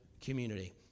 community